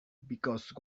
because